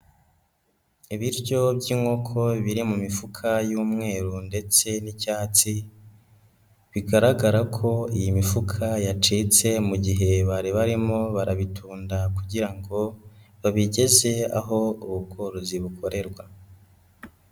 Ibiryo by'inkoko biri mu mifuka y'umweru ndetse n'icyatsi, bigaragara ko iyi mifuka yacitse mu gihe bari barimo barabitunda kugira ngo babigeze aho ubu bworozi bukorerwa.